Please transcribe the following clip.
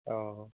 অঁঁ